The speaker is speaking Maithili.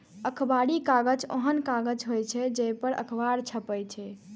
अखबारी कागज ओहन कागज होइ छै, जइ पर अखबार छपै छै